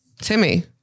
Timmy